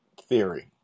theory